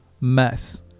mess